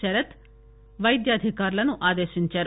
శరత్ వైద్య అధికారులను ఆదేశించారు